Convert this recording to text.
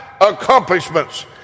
accomplishments